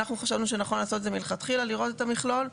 חשבנו שנכון מלכתחילה לראות את המכלול.